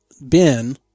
Ben